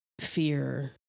fear